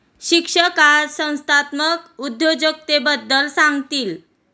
शिक्षक आज संस्थात्मक उद्योजकतेबद्दल सांगतील